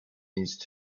these